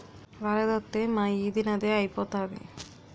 వరదొత్తే మా ఈది నదే ఐపోతాది